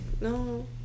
No